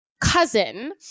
cousin